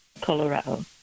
Colorado